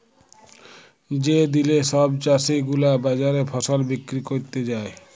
যে দিলে সব চাষী গুলা বাজারে ফসল বিক্রি ক্যরতে যায়